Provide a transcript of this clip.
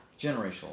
Generational